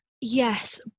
yes